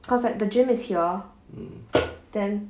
cause like the gym is here then